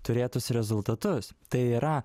turėtus rezultatus tai yra